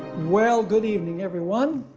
well good evening everyone.